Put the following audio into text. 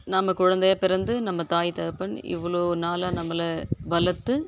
நாம் குழந்தை பிறந்து நம்ம தாய் தகப்பன் இவ்வளோ நாளாக நம்மளை வளத்து